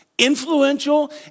Influential